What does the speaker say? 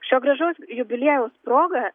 šio gražaus jubiliejaus proga